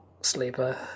sleeper